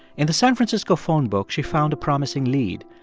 in the san francisco phone book, she found a promising lead.